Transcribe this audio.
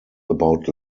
about